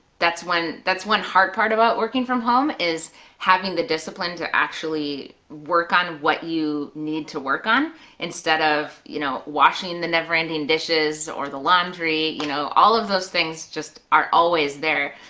that's one that's one hard part about working from home is having the discipline to actually work on what you need to work on instead of you know washing the never ending dishes or the laundry, you know all of those things just are always there.